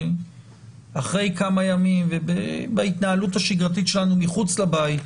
שאחרי כמה ימים בהתנהלות השגרתית שלנו מחוץ לבית,